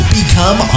become